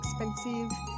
expensive